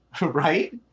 right